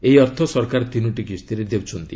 ଏହି ଅର୍ଥ ସରକାର ତିନୋଟି କିସ୍ତିରେ ଦେଉଛନ୍ତି